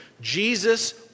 Jesus